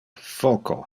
foco